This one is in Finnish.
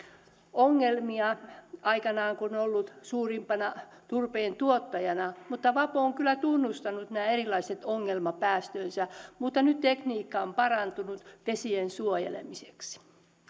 ongelmia aikanaan kun on ollut suurimpana turpeen tuottajana mutta vapo on kyllä tunnustanut nämä erilaiset ongelmapäästönsä ja nyt tekniikka on parantunut vesien suojelemiseksi